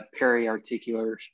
periarticular